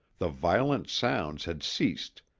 the violent sounds had ceased,